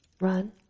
Run